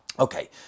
Okay